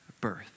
birth